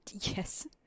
Yes